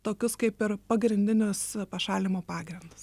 tokius kaip ir pagrindinius pašalinimo pagrindus